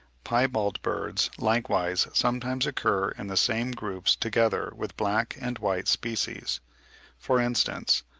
piebald birds likewise sometimes occur in the same groups together with black and white species for instance,